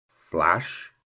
flash